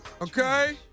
Okay